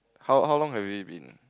how how long have you been